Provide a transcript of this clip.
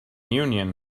union